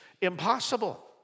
impossible